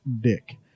dick